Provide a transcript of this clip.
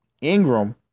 Ingram